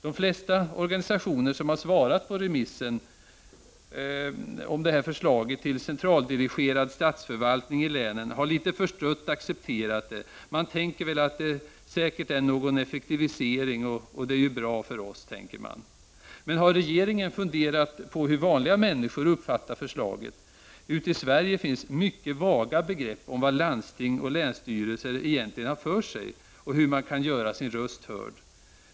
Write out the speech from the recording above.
De flesta organisationer som har svarat på remissen om det här förslaget till centraldirigerad statsförvaltning i länen har litet förstrött accepterat det; de tänker väl att det säkert innebär någon effektivisering och att det väl är bra för dem. Men har regeringen funderat på hur vanliga människor uppfattar förslaget? Ute i Sverige finns mycket vaga begrepp om vad landsting och länsstyrelser egentligen har för sig och hur människor kan göra sina röster hörda.